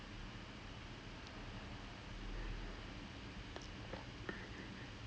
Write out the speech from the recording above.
the the அவ்வளவு:avalavu intense expectations வந்து:vanthu they were so shocked about it like